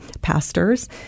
pastors